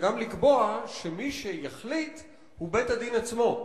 וגם לקבוע שמי שיחליט הוא בית-הדין עצמו,